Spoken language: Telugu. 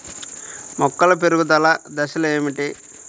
మొక్కల పెరుగుదల దశలు ఏమిటి?